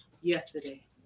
yesterday